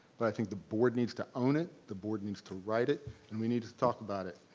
but i think the board needs to own it, the board needs to write it and we need to to talk about it.